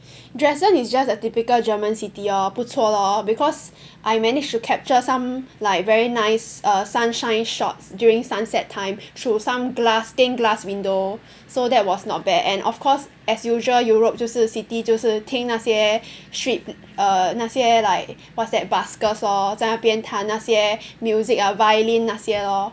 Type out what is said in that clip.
Dresden is just a typical German city lor 不错 lor because I managed to capture some like very nice err sunshine shots during sunset time through some glass stained glass window so that was not bad and of course as usual Europe 就是 city 就是听那些 street err 那些 like what's that buskers lor 在那边弹那些 music ah violin 那些 lor